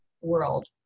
world